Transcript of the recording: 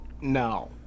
No